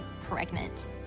pregnant